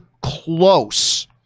close